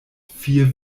vier